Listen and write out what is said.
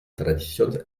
tradicions